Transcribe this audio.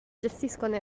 gestiscono